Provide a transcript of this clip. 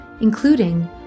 including